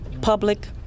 public